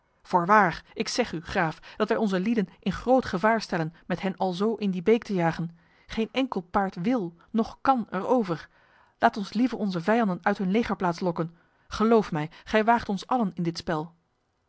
voorwaar ik zeg u graaf dat wij onze lieden in groot gevaar stellen met hen alzo in die beek te jagen geen enkel paard wil noch kan er over laat ons liever onze vijanden uit hun legerplaats lokken geloof mij gij waagt ons allen in dit spel